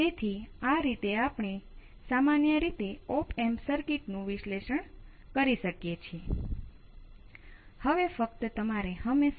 તેથી આપણે તેને થોડી વિગતવાર રીતે જોઈશું